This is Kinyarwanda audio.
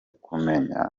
kumenya